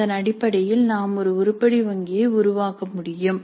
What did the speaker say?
அதன் அடிப்படையில் நாம் ஒரு உருப்படி வங்கியை உருவாக்க முடியும்